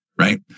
right